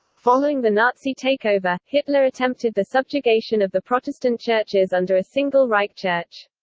following the nazi takeover, hitler attempted the subjugation of the protestant churches under a single reich church.